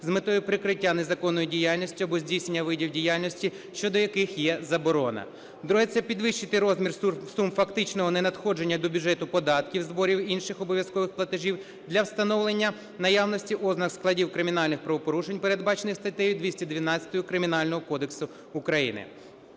з метою прикриття незаконної діяльності або здійснення видів діяльності, щодо яких є заборона. Друге – це підвищити розмір сум фактичного ненадходження до бюджету податків, зборів, інших обов'язкових платежів для встановлення наявності ознак складу кримінальних правопорушень, передбачених статтею 212 Кримінального кодексу України.